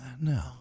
No